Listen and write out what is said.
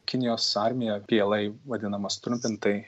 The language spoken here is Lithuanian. kinijos armija pla vadinama sutrumpintai